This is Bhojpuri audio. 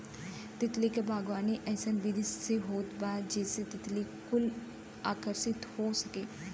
तितली क बागवानी अइसन विधि से होत बा जेसे तितली कुल आकर्षित हो सके